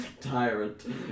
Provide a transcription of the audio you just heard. tyrant